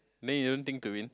then you don't think to win